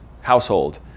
household